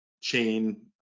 chain